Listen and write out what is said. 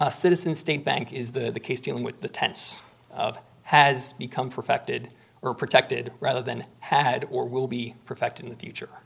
citizens state bank is the case dealing with the tense of has become perfected or protected rather than had or will be perfect in the future